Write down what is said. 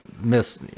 Miss